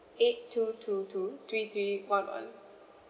eight two two two three three one one